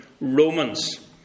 Romans